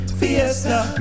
fiesta